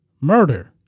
murder